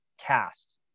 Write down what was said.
cast